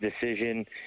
decision